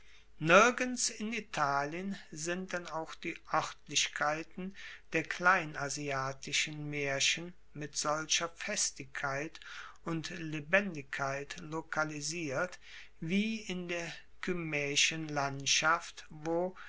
nirgends in italien sind denn auch die oertlichkeiten der kleinasiatischen maerchen mit solcher festigkeit und lebendigkeit lokalisiert wie in der kymaeischen landschaft wo